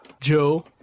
joe